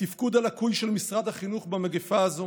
התפקוד הלקוי של משרד החינוך במגפה הזו